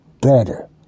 better